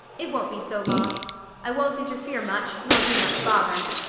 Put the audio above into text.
it won't be so long i won't interfere much, nor be much bother.